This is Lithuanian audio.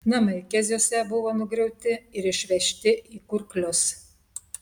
namai keziuose buvo nugriauti ir išvežti į kurklius